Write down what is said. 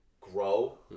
grow